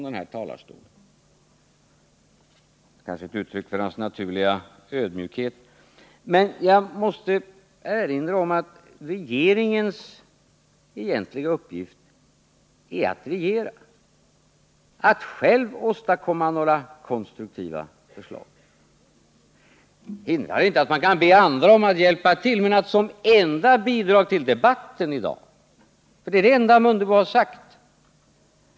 Det är kanske ett uttryck för hans naturliga ödmjukhet. Men jag måste erinra om att regeringens egentliga uppgift är att regera, att själv lägga fram konstruktiva förslag. Det hindrar inte att man kan be andra att hjälpa till, men det är Ingemar Mundebos enda bidrag till debatten i dag.